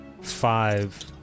five